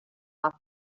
off